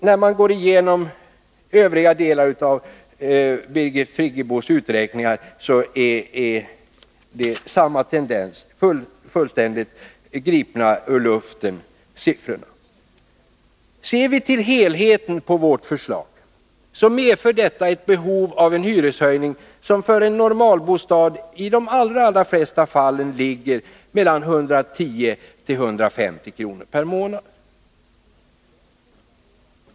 När man går igenom övriga delar av Birgit Friggebos uträkningar finner man samma tendens — siffrorna är fullständigt gripna ur luften. Ser vi till helheten medför vårt förslag ett behov av en hyreshöjning som för en normalbostad i de allra flesta fall ligger mellan 110 och 150 kr. per månad.